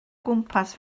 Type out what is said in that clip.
gwmpas